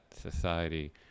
society